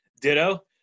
Ditto